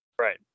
Right